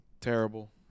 Terrible